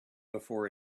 before